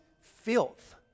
filth